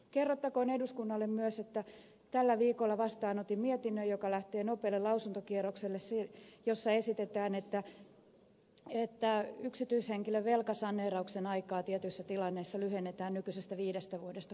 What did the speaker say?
kerrottakoon eduskunnalle myös että tällä viikolla vastaanotin mietinnön joka lähtee nopealle lausuntokierrokselle ja jossa esitetään että yksityishenkilön velkasaneerauksen aikaa tietyissä tilanteissa lyhennetään nykyisestä viidestä vuodesta kolmeen vuoteen